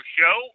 show